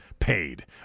Paid